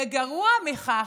וגרוע מכך,